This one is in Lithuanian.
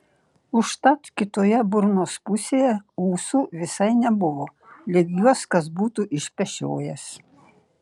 užtat kitoje burnos pusėje ūsų visai nebuvo lyg juos kas būtų išpešiojęs